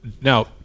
Now